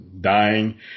dying